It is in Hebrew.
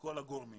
כל הגורמים